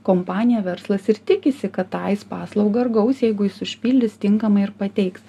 kompanija verslas ir tikisi kad tą jis paslaugą ir gaus jeigu jis užpildys tinkamai ir pateiks